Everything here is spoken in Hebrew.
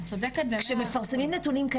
אז אם מדינת ישראל רוצה להשקיע,